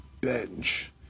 bench